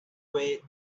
way